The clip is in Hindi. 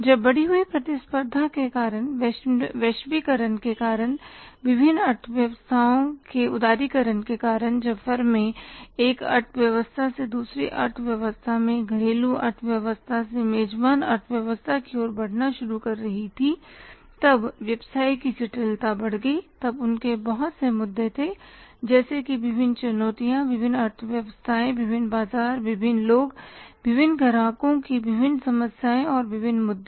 जब बढ़ी हुई प्रतिस्पर्धा के कारण वैश्वीकरण के कारण विभिन्न अर्थव्यवस्थाओं के उदारीकरण के कारण जब फर्में एक अर्थव्यवस्था से दूसरी अर्थव्यवस्था में घरेलू अर्थव्यवस्था से मेजबान अर्थव्यवस्था की ओर बढ़ना शुरू कर रही थीं तब व्यवसाय की जटिलता बढ़ गई तब उनके बहुत से मुद्दे थे जैसे की विभिन्न चुनौतियाँ विभिन्न अर्थव्यवस्थाएं विभिन्न बाजार विभिन्न लोग विभिन्न ग्राहकों की विभिन्न समस्याओं ओर विभिन्न मुद्दे